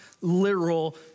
literal